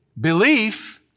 belief